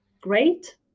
great